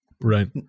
Right